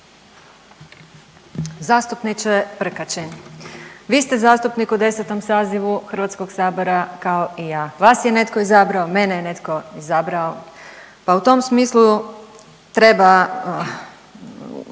Zastupniče Prkačin, vi ste zastupnik u 10. sazivu Hrvatskog sabora kao i ja. Vas je netko izabrao, mene je netko izabrao, pa u tom smislu treba